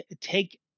take